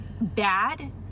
bad